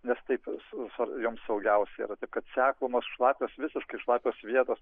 nes taip su joms saugiausia yra aip kad seklumos šlapios visiškai šlapios vietos